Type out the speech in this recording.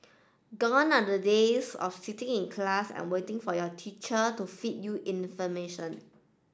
gone are the days of sitting in class and waiting for your teacher to feed you information